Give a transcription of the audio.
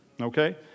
Okay